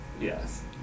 Yes